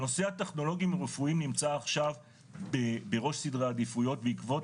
נושא הטכנולוגיים הרפואיים נמצא עכשיו בראש סדרי העדיפויות בעקבות